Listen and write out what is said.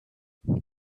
the